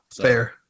Fair